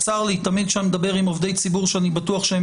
תמיד כשאני מדבר עם עובדי ציבור שאני בטוח שהם